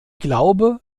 glaube